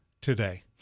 today